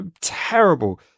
terrible